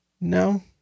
No